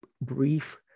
brief